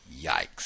Yikes